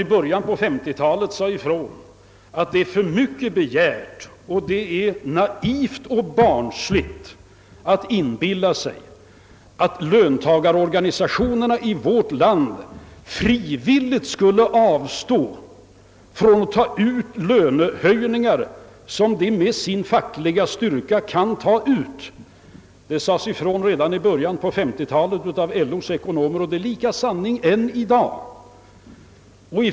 I början på 1950-talet sade de, att det är för mycket begärt och naivt att intala sig att löntagarorganisationerna i vårt land frivilligt skulle avstå från att ta ut lönehöjningar, som de med sin fackliga styrka kan ta ut. Detta är lika sant i dag.